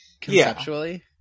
conceptually